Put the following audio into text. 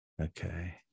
Okay